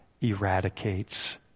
eradicates